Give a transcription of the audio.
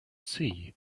see